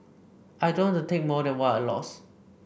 I don't to take more than what I lost